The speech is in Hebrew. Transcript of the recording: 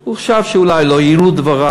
הוא חשב שאולי לא יועילו דבריו,